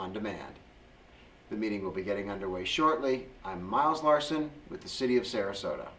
on demand the meeting will be getting underway shortly i'm miles larson with the city of sarasota